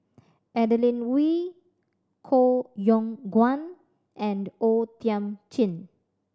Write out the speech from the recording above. Adeline Ooi Koh Yong Guan and O Thiam Chin